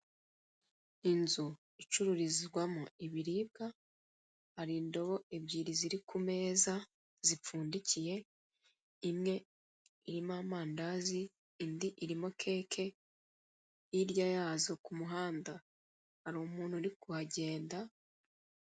Inzu icururizwamo ibiribwa hari indobo ebyiri ziri ku meza zipfundikiye, imwe irimo amandazi, indi irimo keke, hirya yazo ku muhanda hari umuntu uri kuhagenda.